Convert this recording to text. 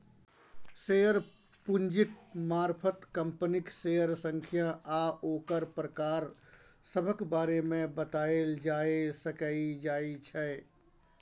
share पूंजीक मारफत कंपनीक शेयरक संख्या आ ओकर प्रकार सभक बारे मे बताएल जाए सकइ जाइ छै